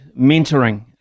mentoring